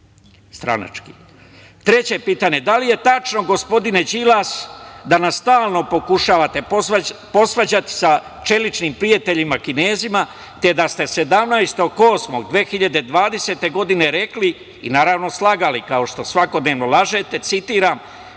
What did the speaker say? pitanje, da li je tačno, gospodine Đilas, da nas stalno pokušavate posvađati sa čeličnim prijateljima Kinezima, te da ste 17. avgusta 2020. godine rekli, i naravno slagali, kao što svakodnevno lažete, citiram: